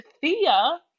Thea